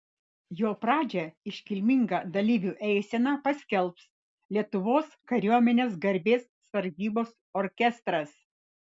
jo pradžią iškilminga dalyvių eisena paskelbs lietuvos kariuomenės garbės sargybos orkestras